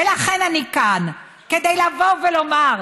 ולכן אני כאן, כדי לבוא ולומר: